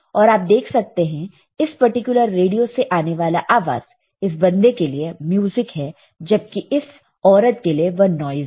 और आप देख सकते हैं इस पर्टिकुलर रेडियो से आने वाला आवाज इस बंदे के लिए म्यूजिक है जबकि इस औरत के लिए वह नॉइस है